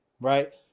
right